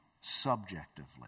subjectively